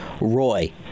Roy